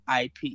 IP